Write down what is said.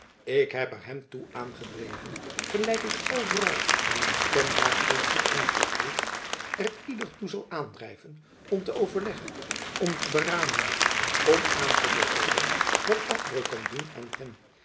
ik heb er jacob van lennep elizabeth musch hem toe aangedreven gelijk ik overal waar mijn stem maar eenigeninvloed heeft er ieder toe zal aandrijven om te overleggen om te beramen om aan te bevelen wat afbreuk kan doen aan hen